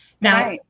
Now